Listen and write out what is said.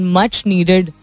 much-needed